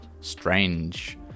strange